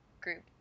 group